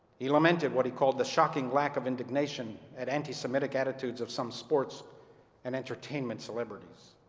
he lamented what he called the shocking lack of indignation at anti-semitic attitudes of some sports and entertainment celebrities.